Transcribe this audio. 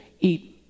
eat